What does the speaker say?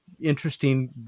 interesting